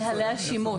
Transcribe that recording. נהלי שימוש.